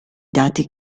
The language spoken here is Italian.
dati